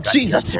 Jesus